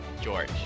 George